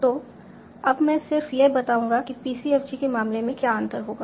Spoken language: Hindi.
तो अब मैं सिर्फ यह बताऊंगा कि PCFG के मामले में क्या अंतर होगा